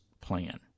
plan